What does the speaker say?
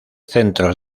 centros